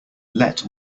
let